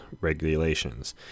regulations